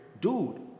dude